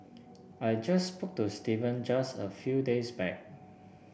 I just spoke to Steven just a few days back